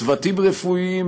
צוותים רפואיים,